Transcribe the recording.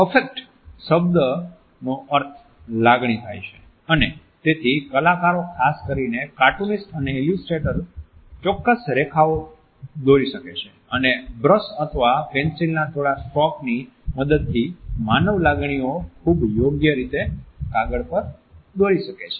affect શબ્દનો અર્થ લાગણી થાય છે અને તેથી કલાકારો ખાસ કરીને કાર્ટૂનિસ્ટ અને ઈલ્યુસ્ટ્રેટર્સ ચોક્કસ રેખાઓ દોરી શકે છે અને બ્રશ અથવા પેંસિલના થોડા સ્ટ્રોકની મદદથી માનવ લાગણીઓને ખૂબ યોગ્ય રીતે કાગળ પર દોરી શકે છે